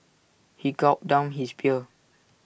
he gulped down his beer